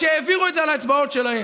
כשהעבירו את זה על האצבעות שלהם.